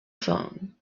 phone